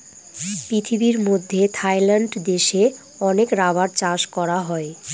পৃথিবীর মধ্যে থাইল্যান্ড দেশে অনেক রাবার চাষ করা হয়